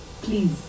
please